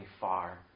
far